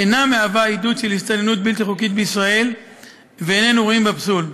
אינה מהווה עידוד של הסתננות בלתי חוקית לישראל ואיננו רואים בה פסול.